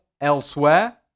elsewhere